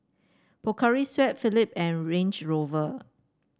Pocari Sweat Phillip and Range Rover